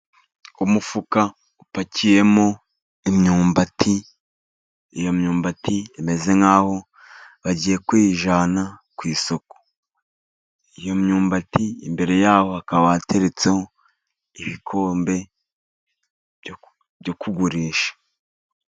Umufuka upakiyemo imyumbati. Iyo myumbati imeze nk'aho bagiye kuyijyana ku isoko. Iyo myumbati imbere yaho hakaba hateretseho ibikombe byo kugurisha.